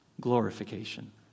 glorification